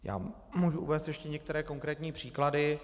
Já můžu uvést ještě některé konkrétní příklady.